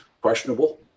questionable